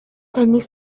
таныг